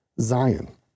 Zion